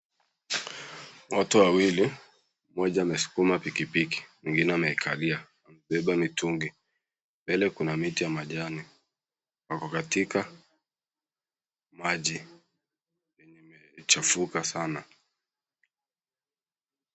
Watu wawili , mmoja amesukuma pikipiki mwengine amekalia amebeba mitungi. Mbele kuna miti ya majani. Wako katika maji yenye imechafuka sana.